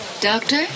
Doctor